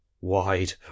wide